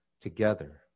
together